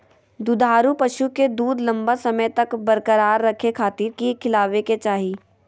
दुधारू पशुओं के दूध लंबा समय तक बरकरार रखे खातिर की खिलावे के चाही?